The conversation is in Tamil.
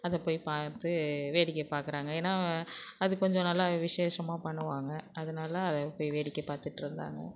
அதை போய் பார்த்து வேடிக்கை பார்க்குறாங்க ஏன்னா அது கொஞ்சம் நல்லா விசேஷமாக பண்ணுவாங்கள் அதனால் அது போய் வேடிக்கை பார்த்துட்ருந்தாங்க